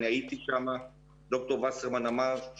אדוני היושב-ראש,